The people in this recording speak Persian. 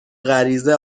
غریزه